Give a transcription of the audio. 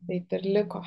taip ir liko